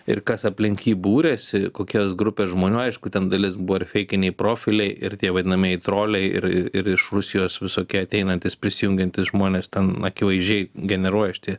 ir kas aplink jį būrėsi kokios grupės žmonių aišku ten dalis buvo ir feikiniai profiliai ir tie vadinamieji troliai ir ir iš rusijos visokie ateinantys prisijungiantys žmonės ten akivaizdžiai generuoja šitie